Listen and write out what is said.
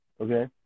okay